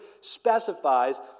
specifies